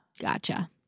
gotcha